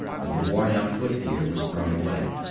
and the worn-out foot-gear was thrown away.